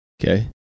Okay